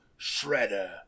Shredder